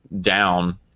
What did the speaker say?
down